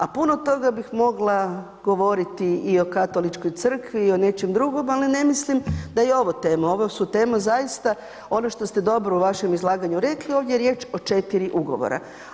A puno toga bih mogla govoriti i o Katoličkoj crkvi i o nečem drugom ali ne mislim da je i ovo tema, ovo su tema zaista ono što ste dobro u vašem izlaganju rekli, ovdje je riječ o 4 ugovora.